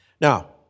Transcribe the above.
Now